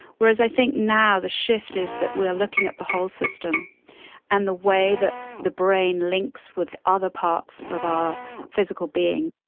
whereas i think now the shift is that we are looking at the whole system and the way that the brain links with other parts of our physical being.